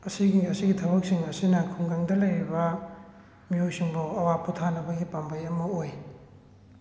ꯑꯁꯤꯒꯤ ꯑꯁꯤꯒꯤ ꯊꯕꯛꯁꯤꯡ ꯑꯁꯤꯅ ꯈꯨꯡꯒꯪꯗ ꯂꯩꯔꯤꯕ ꯃꯤꯑꯣꯏꯁꯤꯡꯕꯨ ꯑꯋꯥ ꯄꯣꯊꯥꯅꯕꯒꯤ ꯄꯥꯝꯕꯩ ꯑꯃ ꯑꯣꯏ